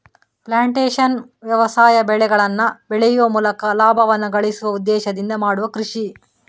plantation ವ್ಯವಸಾಯ ಬೆಳೆಗಳನ್ನ ಬೆಳೆಯುವ ಮೂಲಕ ಲಾಭವನ್ನ ಗಳಿಸುವ ಉದ್ದೇಶದಿಂದ ಮಾಡುವ ಕೃಷಿ